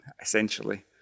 essentially